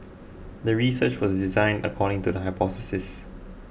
the research was designed according to the hypothesis